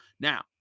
Now